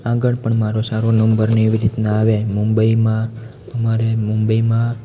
આગળ પણ મારો સારો નંબરને એવી રીતના આવે મુંબઈમાં મારે મુંબઈમાં